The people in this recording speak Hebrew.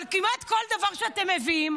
אבל כמעט כל דבר שאתם מביאים,